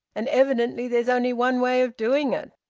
and evidently there's only one way of doing it.